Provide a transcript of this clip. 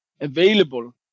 available